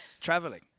traveling